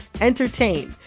entertain